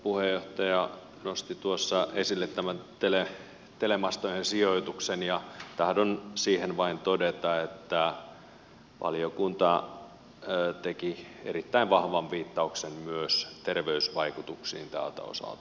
puheenjohtaja nosti tuossa esille tämän telemastojen sijoituksen ja tahdon siihen vain todeta että valiokunta teki erittäin vahvan viittauksen myös terveysvaikutuksiin tältä osalta